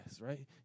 right